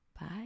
bye